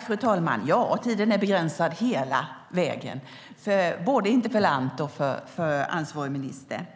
Fru talman! Ja, tiden är begränsad hela vägen för både interpellant och ansvarig minister!